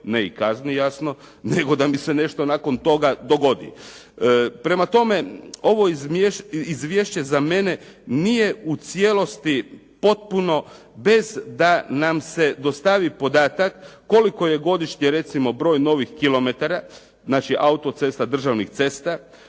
ne i kazni jasno, nego da mi se nešto nakon toga dogodi. Prema tome, ovo izvješće za mene nije u cijelosti, potpuno, bez da nam se dostavi podatak koliko je godišnje recimo broj novih kilometara, znači autocesta, državnih cesta,